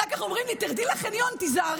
אחר כך אומרים לי: תרדי לחניון, תיזהרי.